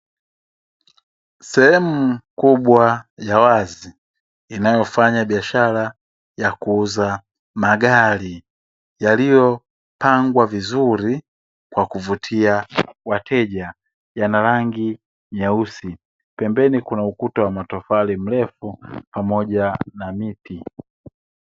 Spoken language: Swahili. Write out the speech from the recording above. Sehemu kubwa ya wazi inayofanya biashara ya kuuza magari yaliyopangwa kwa kuvutia zaidi pembeni kuna ukuta wa matofali na miti